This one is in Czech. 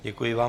Děkuji vám.